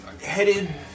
Headed